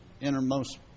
innermost